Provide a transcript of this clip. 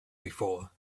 before